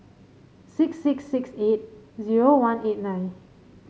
six six six eight zero one eight nine